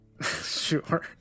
sure